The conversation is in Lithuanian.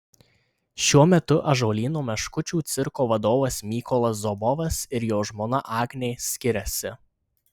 šiuo metu ąžuolyno meškučių cirko vadovas mykolas zobovas ir jo žmona agnė skiriasi